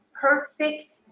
perfect